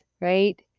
right